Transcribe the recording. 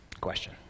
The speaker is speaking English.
question